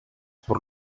por